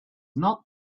not